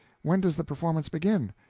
when does the performance begin?